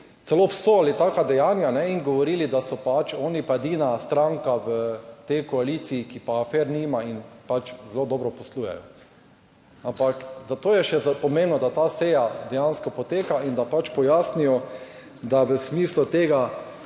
celo obsojali taka dejanja in govorili, da so pač oni pa edina stranka v tej koaliciji, ki pa afer nima in pač zelo dobro poslujejo. Ampak zato je še pomembno, da ta seja dejansko poteka in da pač pojasnijo, da v smislu tega